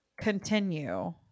continue